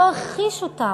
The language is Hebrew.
לא הכחיש אותם.